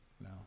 No